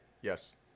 Yes